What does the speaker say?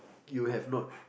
you have not